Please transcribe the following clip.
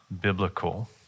biblical